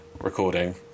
recording